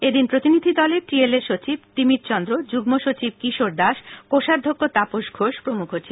এদিন প্রতিনিধিদলে টিএলএ সচিব তিমির চন্দ যুগ্ম সচিব কিশোর দাস কোষাধ্যক্ষ তাপস ঘোষ প্রমুখ ছিলেন